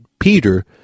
Peter